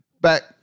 back